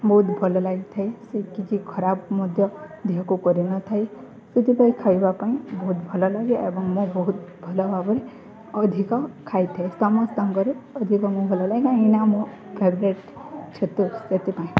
ବହୁତ ଭଲ ଲାଗିଥାଏ ସେ କିଛି ଖରାପ ମଧ୍ୟ ଦେହକୁ କରି ନଥାଏ ସେଥିପାଇଁ ଖାଇବା ପାଇଁ ବହୁତ ଭଲ ଲାଗେ ଏବଂ ମୁଁ ବହୁତ ଭଲ ଭାବରେ ଅଧିକ ଖାଇଥାଏ ସମସ୍ତଙ୍କରେ ଅଧିକ ମୁଁ ଭଲ ଲାଗେ କାହିଁକି ନା ମୋ ଫେଭରେଟ ଛତୁ ସେଥିପାଇଁ